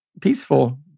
peaceful